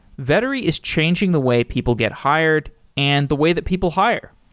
vettery is changing the way people get hired and the way that people hire.